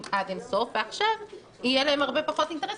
עד אין סוף ועכשיו יהיה להם פחות אינטרס.